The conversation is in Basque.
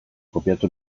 kopiatu